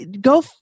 go